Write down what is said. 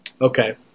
Okay